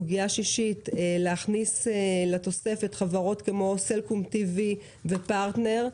6. להכניס לתוספת חברות כמו סלקום TV ופרטנר,